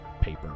paper